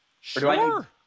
Sure